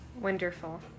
wonderful